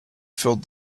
filled